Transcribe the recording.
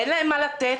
אין להם מה לתת.